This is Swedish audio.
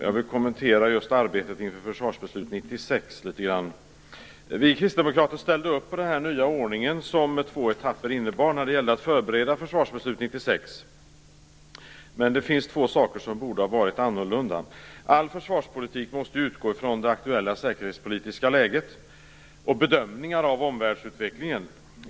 Jag vill kommentera just arbetet inför Försvarsbeslut Vi kristdemokrater ställde upp på den nya ordning som två etapper innebar när det gällde att förbereda Försvarsbeslut 96, men det finns två saker som borde ha varit annorlunda. All försvarspolitik måste utgå från det aktuella säkerhetspolitiska läget och bedömningar av omvärldsutvecklingen.